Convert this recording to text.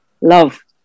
love